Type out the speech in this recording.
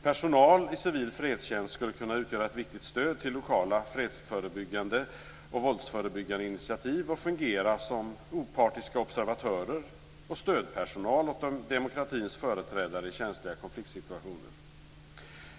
Personal i civil fredstjänst skulle kunna utgöra ett viktigt stöd till lokala fredsbyggande och våldsförebyggande initiativ och fungera som opartiska observatörer och stödpersonal åt demokratins företrädare i känsliga konfliktsituationer.